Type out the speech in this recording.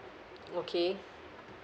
okay